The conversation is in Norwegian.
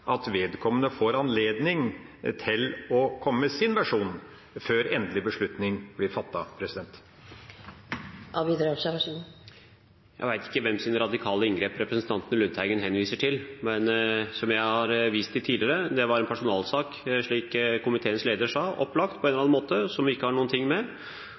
at vedkommende får anledning til å komme med sin versjon før endelig beslutning blir fattet. Jeg vet ikke hvem sine radikale inngrep representanten Lundteigen henviser til, men som jeg har vist til tidligere, så var det en personalsak – som komiteens leder sa – «opplagt på en eller annen måte, som vi ikke har noen ting med».